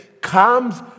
comes